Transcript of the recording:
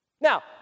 Now